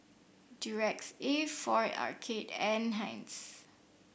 Durex A for Arcade and Heinz